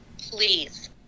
please